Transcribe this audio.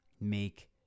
make